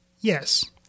Yes